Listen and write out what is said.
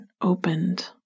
opened